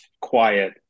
quiet